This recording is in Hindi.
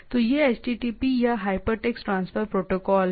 तो यह HTTP या हाइपर टेक्स्ट ट्रांसफर प्रोटोकॉल है